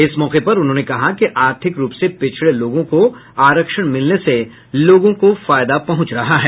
इस मौके पर उन्होंने कहा कि आर्थिक रूप से पिछड़े लोगों को आरक्षण मिलने से लोगों को फायदा पहुंच रहा है